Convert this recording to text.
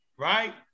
Right